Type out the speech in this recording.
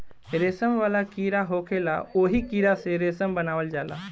रेशम वाला कीड़ा होखेला ओही कीड़ा से रेशम बनावल जाला